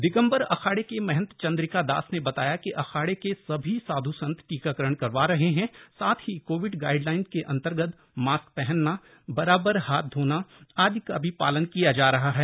दिगंबर अखाड़े के महंत चंद्रिका दास ने बताया की अखाड़े के सभी साध् संत टीकाकरण करवा रहे हैं साथ ही कोविड गाइडलाइनस के अन्तर्गत मास्क पहनना बराबर हाथ धोना आदि का भी पालन किया जा रहा है